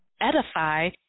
Edify